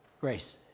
grace